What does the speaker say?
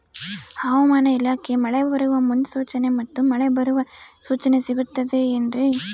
ಹವಮಾನ ಇಲಾಖೆ ಮಳೆ ಬರುವ ಮುನ್ಸೂಚನೆ ಮತ್ತು ಮಳೆ ಬರುವ ಸೂಚನೆ ಸಿಗುತ್ತದೆ ಏನ್ರಿ?